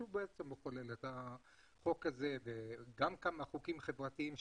שהוא בעצם מחולל את החוק הזה ועוד כמה חוקים חברתיים.